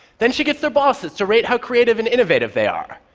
then she gets their bosses to rate how creative and innovative they are.